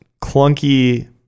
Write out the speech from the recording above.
clunky